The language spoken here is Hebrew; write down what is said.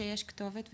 שיש כתובת,